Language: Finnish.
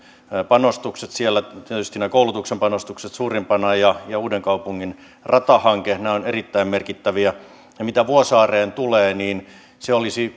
panostukset siellä tietysti nämä koulutuksen panostukset suurimpana ja ja uudenkaupungin ratahanke ovat erittäin merkittäviä ja mitä vuosaareen tulee niin